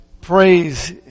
praise